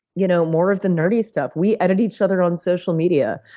you know more of the nerdy stuff. we edit each other on social media.